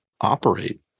operate